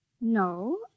No